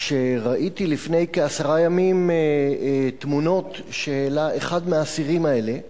כשראיתי לפני כעשרה ימים תמונות שהעלה אחד מהאסירים האלה ב"פייסבוק"